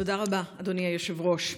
תודה רבה, אדוני היושב-ראש.